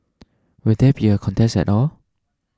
will there be a contest at all